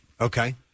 Okay